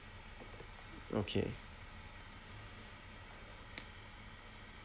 okay